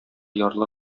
ярлы